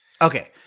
Okay